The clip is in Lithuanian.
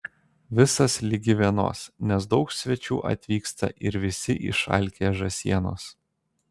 visas ligi vienos nes daug svečių atvyksta ir visi išalkę žąsienos